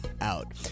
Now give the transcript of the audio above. out